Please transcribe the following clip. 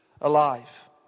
alive